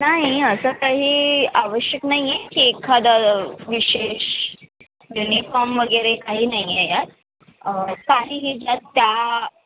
नाही असं काही आवश्यक नाही आहे की एखादं विशेष युनिफॉर्म वगैरे काही नाहीये यात काहीही ज्यात त्या